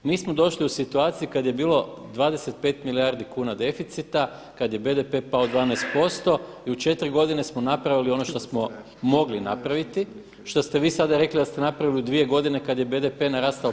Mi smo došli u situaciju kada je bilo 25 milijardi kuna deficita, kada je BDP pao 12% i u 4 godine smo napravili ono što smo mogli napraviti, što ste vi sada rekli da ste napravili u 2 godine kada je BDP narastao 5%